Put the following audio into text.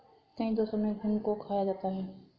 कई देशों में घुन को खाया जाता है